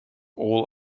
all